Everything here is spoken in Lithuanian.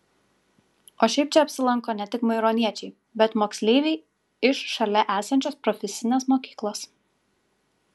o šiaip čia apsilanko ne tik maironiečiai bet moksleiviai iš šalia esančios profesinės mokyklos